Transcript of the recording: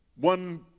One